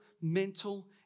mental